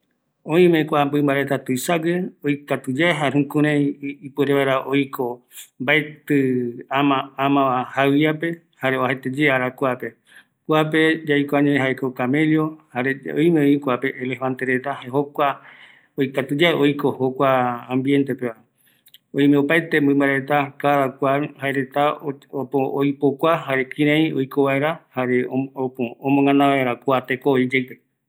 Oime mɨmba reta ou kuapeguaraiño, mbaetɨ okɨape, oajaete arakuarupi, yaikuava jaeko camello jare elefante reta, öime opaete oyepokua jare oiko vaera joropi oyepokuakatu reve